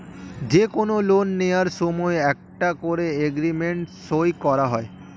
যে কোনো লোন নেয়ার সময় একটা করে এগ্রিমেন্ট সই করা হয়